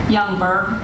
Youngberg